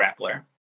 grappler